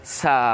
sa